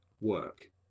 work